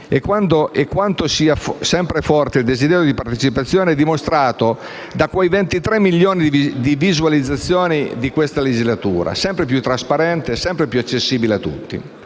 e quanto sia sempre forte il desiderio di partecipazione è dimostrato dai 23 milioni di visualizzazioni in questa legislatura, sempre più trasparente e accessibile a tutti.